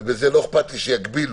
ובזה לא אכפת לי שיגבילו,